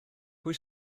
pwy